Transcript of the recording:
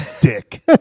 Dick